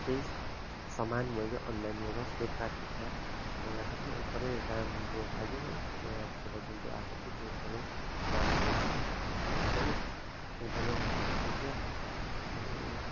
त्यही सामान मैले अनलाइनबाट फ्लिपकार्टबाट मगाएको थिएँ एकदमै राम्रो लाग्यो है त्यो एप्पबाट जुन चाहिँ आएको थियो त्यो एकदमै राम्रो रहेछ अनि फोन पनि एकदमै राम्रो लाग्यो त्यो अनि